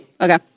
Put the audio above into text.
okay